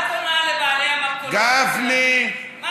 מה את עונה לבעלי המכולות, גפני, אתה רואה.